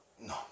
No